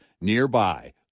nearby